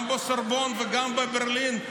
גם בסורבון וגם בברלין,